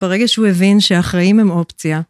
ברגע שהוא הבין שהחיים הם אופציה.